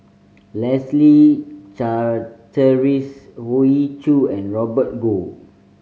Leslie Charteris Hoey Choo and Robert Goh